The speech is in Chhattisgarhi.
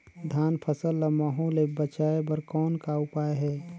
धान फसल ल महू ले बचाय बर कौन का उपाय हे?